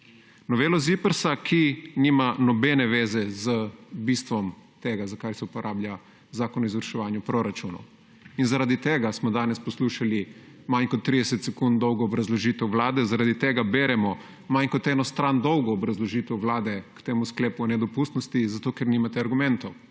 novelo ZIPRS, ki nima nobene zveze z bistvom tega, za kaj se uporablja zakon o izvrševanju proračunov. Zaradi tega smo danes poslušali manj kot 30 sekund dolgo obrazložitev vlade, zaradi tega beremo manj kot eno stran dolgo obrazložitev vlade k temu sklepu o nedopustnosti. Zato ker nimate argumentov.